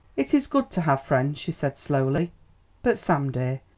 it is good to have friends, she said slowly but, sam dear,